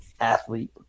athlete